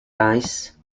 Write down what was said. ice